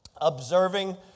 observing